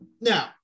now